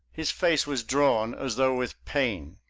his face was drawn as though with pain.